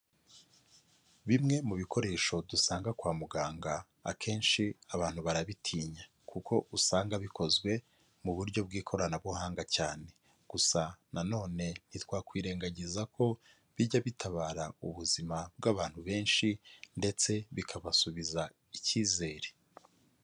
Bimwe mu bikoresho dusanga kwa muganga akenshi abantu barabitinya kuko usanga bikozwe mu buryo bw'ikoranabuhanga cyane, gusa nanone ntitwakwirengagiza ko bijya bitabara ubuzima bw'abantu benshi ndetse bikabasubiza icyizere.